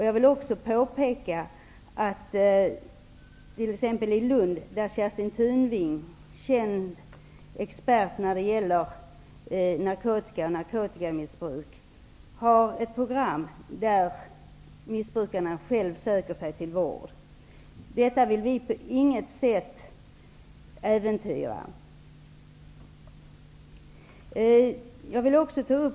Jag vill också påpeka att t.ex. i Lund har Kerstin Tunving, känd expert när det gäller narkotika och narkotikamissbruk, ett program där missbrukarna själva söker sig till vård. Detta vill vi på intet sätt äventyra.